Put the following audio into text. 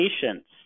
Patients